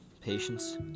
patience